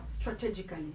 strategically